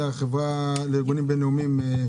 החברה לארגונים בין-לאומיים?